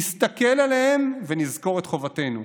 נסתכל עליהם ונזכור את חובתנו.